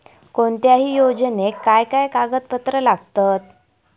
कोणत्याही योजनेक काय काय कागदपत्र लागतत?